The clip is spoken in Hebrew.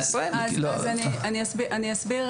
אני אסביר,